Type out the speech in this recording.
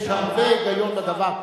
יש הרבה היגיון בדבר.